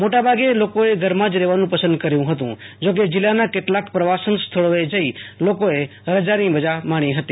મોટેભાગે લોકોએ ઘરમાં જ રહેવાનું પસંદ કર્યુ હતું જો કે જીલ્લાના કેટલાક પ્રવાસન સ્થળોએ જઈ લોકોએ રજાની મજા માણી હતી